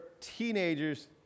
teenagers